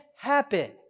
happen